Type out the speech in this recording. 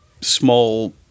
small